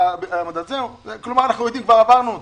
כלומר כבר עברנו אותו.